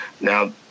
Now